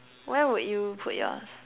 where would you put yours